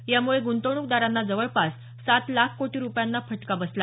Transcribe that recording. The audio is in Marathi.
यामुळे गुंतवणूकदारांना जवळपास सात लाख कोटी रूपयांना फटका बसला